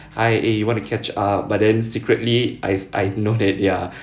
hi eh you want to catch up but then secretly I I know that they're